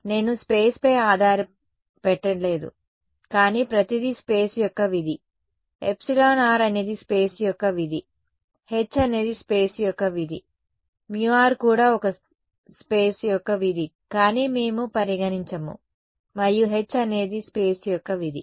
నేను స్పేస్ పై ఆధారం పెట్టలేదు కానీ ప్రతిదీ స్పేస్ యొక్క విధి εr అనేది స్పేస్ యొక్క విధి H అనేది స్పేస్ యొక్క విధి μr కూడా ఒక స్పేస్ యొక్క విధి కాని మేము పరిగణించము మరియు H అనేది స్పేస్ యొక్క విధి